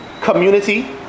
community